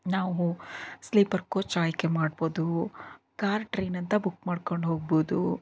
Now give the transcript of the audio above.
ನಾವು sleeper coach ಆಯ್ಕೆ ಮಾಡ್ಬೋದು ಕಾರ್ ಟ್ರೈನ್ ಅಂತ ಬುಕ್ ಮಾಡ್ಕೊಂಡು ಹೋಗ್ಬೋದು